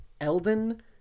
Elden